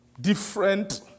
different